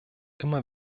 immer